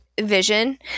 vision